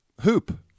hoop